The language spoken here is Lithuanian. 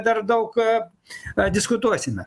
dar daug diskutuosime